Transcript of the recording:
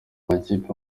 amakipe